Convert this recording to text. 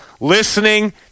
listening